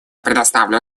предоставляю